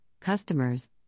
customers